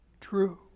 true